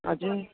हजुर